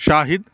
شاہد